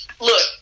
look